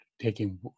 taking